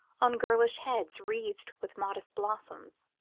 on girlish heads wreathed with modest blossoms,